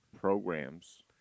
programs